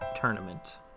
tournament